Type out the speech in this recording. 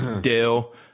Dale